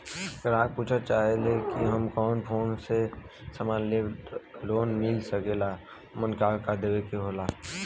ग्राहक पुछत चाहे ले की हमे कौन कोन से समान पे लोन मील सकेला ओमन का का देवे के होला?